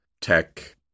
tech